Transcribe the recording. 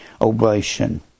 oblation